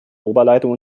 oberleitung